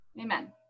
Amen